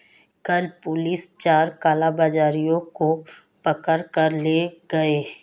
कल पुलिस चार कालाबाजारियों को पकड़ कर ले गए